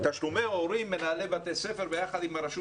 את תשלומי ההורים מנהלי בתי הספר ביחד עם הרשות